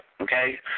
Okay